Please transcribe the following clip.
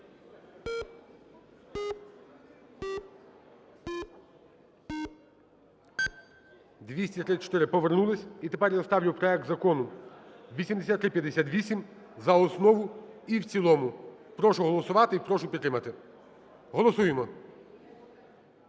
234. Повернулись. І тепер я ставлю проект Закону 8358 за основу і в цілому. Прошу голосувати і прошу підтримати. Голосуємо.